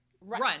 run